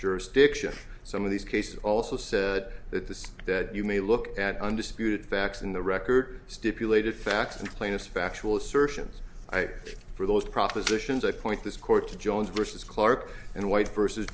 jurisdiction some of these cases also said that this that you may look at undisputed facts in the record stipulated facts and claims factual assertions i for those propositions i point this court to jones versus clarke and white versus